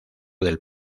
del